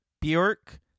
Bjork